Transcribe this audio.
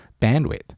bandwidth